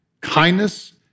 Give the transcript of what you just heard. kindness